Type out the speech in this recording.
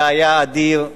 זה היה אדיר.